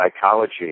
psychology